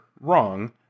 wrong